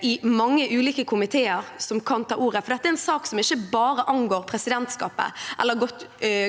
i mange ulike komiteer som kan ta ordet, for dette er en sak som ikke bare angår presidentskapet eller